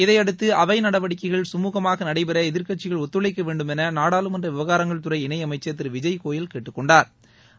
இதைபடுத்து அவை நடவடிக்கைகள் சுமூகமாக நடைபெற எதிர்க்கட்சிகள் ஒத்துழைக்க வேண்டுமென நாடாளுமன்ற விவகாரங்கள் துறை இணை அமைச்சள் திரு விஜய்கோயல் கேட்டுக் கொண்டாா்